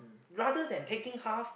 rather than taking half